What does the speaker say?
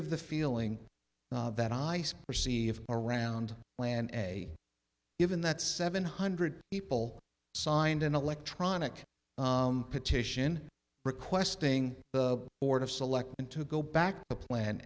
of the feeling that ice received around land a given that seven hundred people signed an electronic petition requesting the board of selectmen to go back a plan